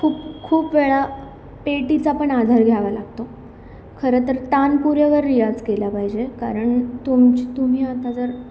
खूप वेळा पेटीचा पण आधार घ्यावा लागतो खरं तर तानपुऱ्यावर रियाज केला पाहिजे कारण तुमची तुम्ही आता जर